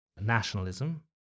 nationalism